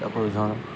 ଜଣ